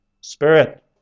Spirit